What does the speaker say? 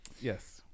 yes